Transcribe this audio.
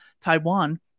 Taiwan